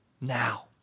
Now